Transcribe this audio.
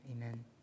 Amen